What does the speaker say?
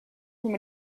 from